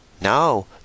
no